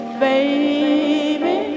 baby